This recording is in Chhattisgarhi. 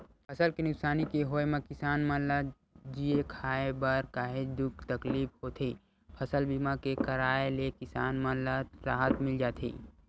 फसल के नुकसानी के होय म किसान मन ल जीए खांए बर काहेच दुख तकलीफ होथे फसल बीमा के कराय ले किसान मन ल राहत मिल जाथे